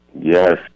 Yes